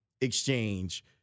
exchange